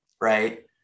Right